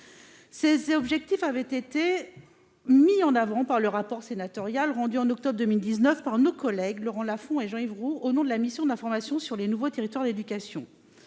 Ces objectifs avaient été mis en avant dans le rapport sénatorial rendu en octobre 2019 par nos collègues Laurent Lafon et Jean-Yves Roux au nom de la mission d'information sur les nouveaux territoires de l'éducation